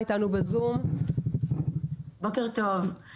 בוקר טוב,